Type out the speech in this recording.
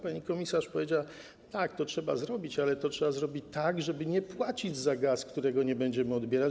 Pani komisarz powiedziała: tak, to trzeba zrobić, ale to trzeba zrobić tak, żeby nie płacić za gaz, którego nie będziemy odbierać.